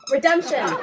Redemption